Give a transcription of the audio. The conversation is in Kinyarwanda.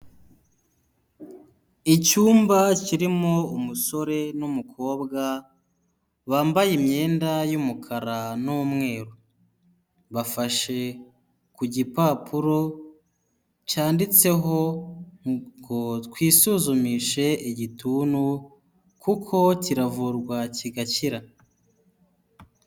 Icyumba kirimo umusore n'umukobwa bambaye imyenda y'umukara n'umweru bafashe ku gipapuro cyanditseho ngo twisuzumishe igituntu kuko kiravurwa kigakira.